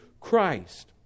Christ